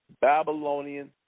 Babylonian